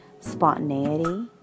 spontaneity